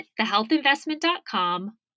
thehealthinvestment.com